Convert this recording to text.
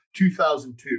2002